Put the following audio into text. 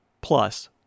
plus